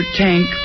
tank